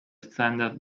standard